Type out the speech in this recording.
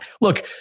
look